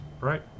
right